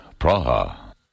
Praha